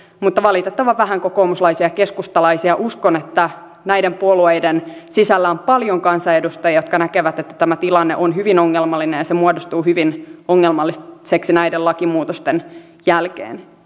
kokoomuslaisia ja keskustalaisia uskon että näiden puolueiden sisällä on paljon kansanedustajia jotka näkevät että tämä tilanne on hyvin ongelmallinen ja se muodostuu hyvin ongelmalliseksi näiden lakimuutosten jälkeen